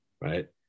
right